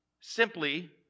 Simply